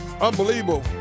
unbelievable